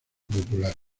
popular